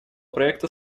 проекта